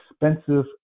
expensive